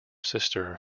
sister